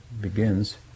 begins